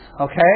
okay